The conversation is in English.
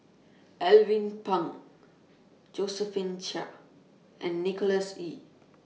Alvin Pang Josephine Chia and Nicholas Ee